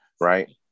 right